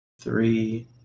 three